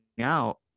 out